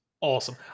awesome